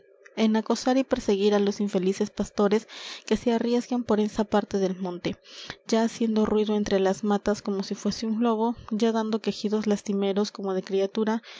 en acosar y perseguir á los infelices pastores que se arriesgan por esa parte de monte ya haciendo ruido entre las matas como si fuese un lobo ya dando quejidos lastimeros como de criatura